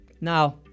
Now